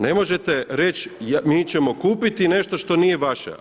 Ne možete reć mi ćemo kupiti nešto što nije vaše.